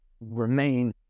remain